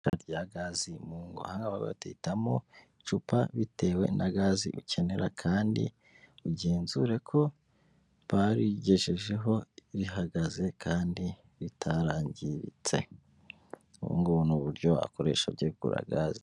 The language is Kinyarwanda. Icupa rya gazi mu ngo aha bahitamo icupa bitewe na gaze ukenera, kandi ugenzure ko barigejejeho rihagaze kandi ritarangiritse. Ubu ngubu ni uburyo wakoresha ugiye kugura gaze.